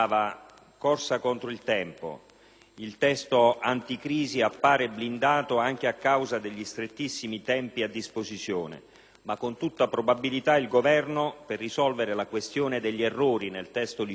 Il testo anticrisi appare blindato anche a causa degli strettissimi tempi a disposizione, ma con tutta probabilità il Governo, per risolvere la questione degli errori nel testo licenziato - perché ci sono anche questi